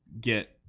get